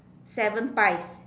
seven pies